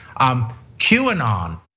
QAnon